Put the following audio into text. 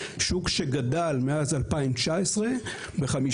שוק שגדל מאז 2019 ב-15%.